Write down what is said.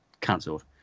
cancelled